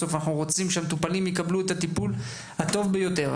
בסוף אנחנו רוצים שהמטופלים יקבלו את הטיפול הטוב ביותר.